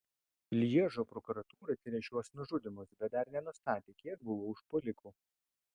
lježo prokuratūra tiria šiuos nužudymus bet dar nenustatė kiek buvo užpuolikų